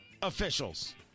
Officials